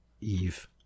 Eve